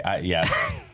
Yes